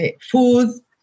food